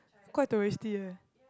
quite touristy eh